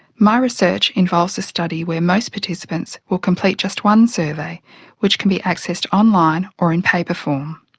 my research involves a study where most participants will complete just one survey which can be accessed online or in paper form.